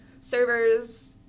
servers